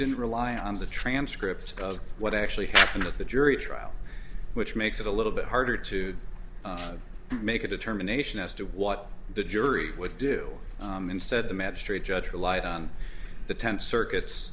didn't rely on the transcript of what actually happened with the jury trial which makes it a little bit harder to make a determination as to what the jury would do instead the magistrate judge relied on the tenth circuits